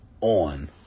on